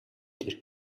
тэр